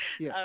Yes